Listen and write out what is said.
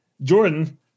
Jordan